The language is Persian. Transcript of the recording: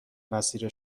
مسیر